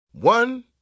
One